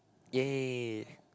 ya